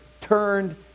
turned